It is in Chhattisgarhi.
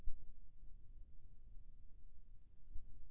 मोला कतका के किस्त पटाना पड़ही?